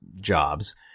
jobs